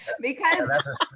Because-